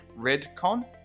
Redcon